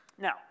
Now